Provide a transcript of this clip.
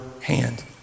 hand